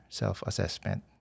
self-assessment